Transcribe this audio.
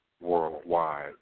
worldwide